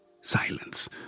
Silence